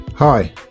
Hi